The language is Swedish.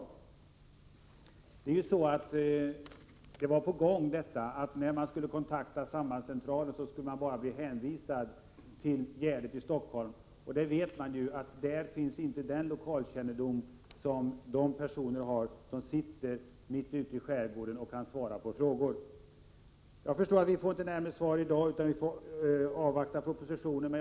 Det var på gång att det skulle bli så att man, när man ville kontakta sambandscentralen, skulle bli hänvisad till Gärdet i Stockholm. Där finns inte den lokalkännedom som de personer har som befinner sig mitt ute i skärgården och kan svara på frågor. Jag förstår alltså att vi inte får något närmare svar i dag, utan vi får avvakta propositionen.